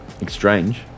exchange